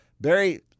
Barry